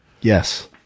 Yes